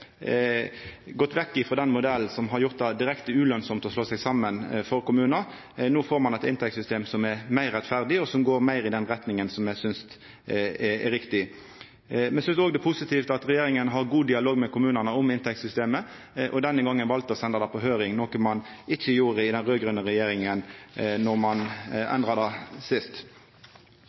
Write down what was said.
gått vekk frå den modellen som har gjort det direkte ulønsamt for kommunar å slå seg saman. No får ein eit inntektssystem som er meir rettferdig, og som går meir i den retninga som eg synest er riktig. Me synest òg det er positivt at regjeringa har god dialog med kommunane om inntektssystemet og denne gongen valde å senda det på høyring – noko ein ikkje gjorde i den raud-grøne regjeringa då ein endra det sist.